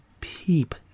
peep